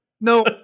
no